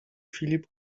filip